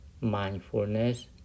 mindfulness